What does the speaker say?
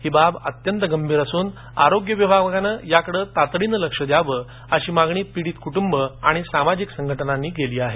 ही बाब अत्यंत गंभीर असून आरोग्य विभागानं याकडे तातडीने लक्ष द्यावं अशी मागणी पीडित कुटुंब आणि सामाजिक संघटनांनी केली आहे